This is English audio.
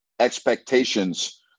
expectations